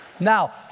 Now